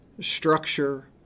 structure